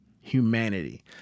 humanity